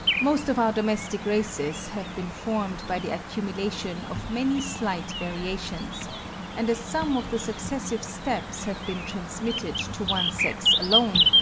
most of our domestic races have been formed by the accumulation of many slight variations and as some of the successive steps have been transmitted to one sex alone,